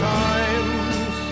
times